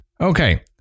Okay